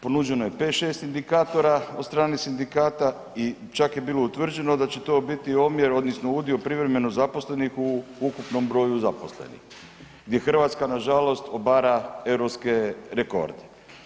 Ponuđeno je pet, šest indikatora od strane sindikata i čak je bilo utvrđeno da će to biti omjer, odnosno udio privremeno zaposlenih u ukupnom broju zaposlenih gdje Hrvatska na žalost obara europske rekorde.